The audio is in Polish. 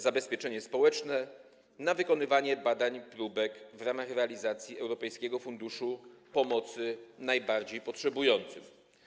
Zabezpieczenie społeczne - na wykonywanie badań próbek w ramach realizacji Europejskiego Funduszu Pomocy Najbardziej Potrzebującym.